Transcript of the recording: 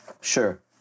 Sure